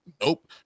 Nope